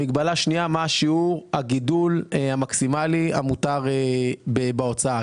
מגבלה שנייה מה שיעור הגידול המקסימלי המותר בהוצאה.